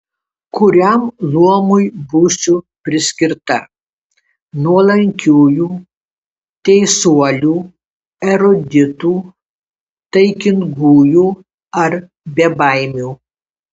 kuriam luomui būsiu priskirta nuolankiųjų teisuolių eruditų taikingųjų ar bebaimių